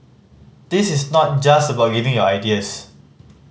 this is not just about giving your ideas